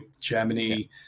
Germany